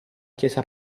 chiesa